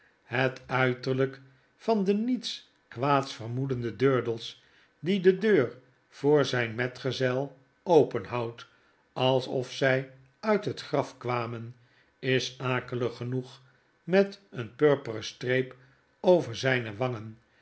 het uiterlyk van den niets kwaads vermoedenden durdels die de deur voor zijn metgezel openhoudt alsof zij uit het grafkwamen is akelig genoeg met een purperen streep over zyne wangen